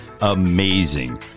Amazing